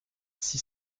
six